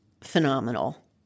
phenomenal